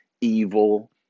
evil